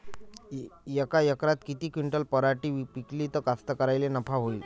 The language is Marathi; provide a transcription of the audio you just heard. यका एकरात किती क्विंटल पराटी पिकली त कास्तकाराइले नफा होईन?